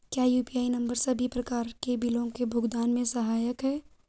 क्या UPI number सभी प्रकार के बिलों के भुगतान में सहायक हैं?